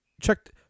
checked